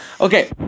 Okay